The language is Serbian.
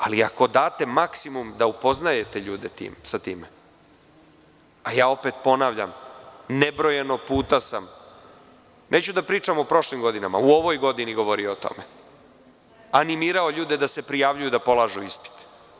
Ako date maksimum da upoznajete ljude sa tim, a opet ponavljam da sam nebrojeno puta, neću da pričam o prošlim godinama, u ovoj godini govorio o tome, animirao ljude da se prijavljuju da polažu ispit.